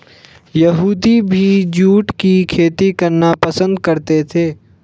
यहूदी भी जूट की खेती करना पसंद करते थे